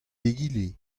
egile